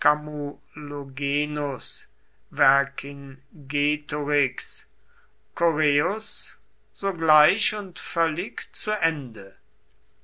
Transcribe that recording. vercingetorix correus sogleich und völlig zu ende